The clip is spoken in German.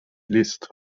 list